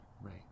Right